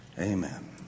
amen